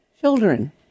children